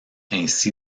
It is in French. ainsi